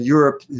Europe